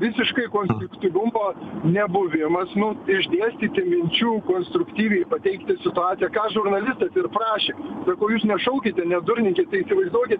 visiškai konstruktyvumo nebuvimas nu išdėstyti minčių konstruktyviai pateikti situaciją ką žurnalistas ir prašė sako jūs nešaukite nedurninkit tai įsivaizduokit